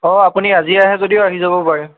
হ'ব আপুনি আজিয়ে আহে যদিও আহি যাব পাৰে